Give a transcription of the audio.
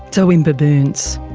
so in baboons?